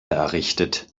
errichtet